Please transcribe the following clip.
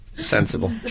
Sensible